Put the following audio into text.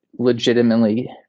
legitimately